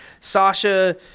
Sasha